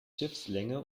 schiffslänge